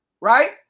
Right